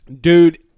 Dude